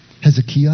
Hezekiah